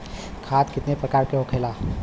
खाद कितने प्रकार के होखेला?